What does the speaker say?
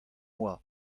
boa